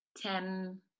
Ten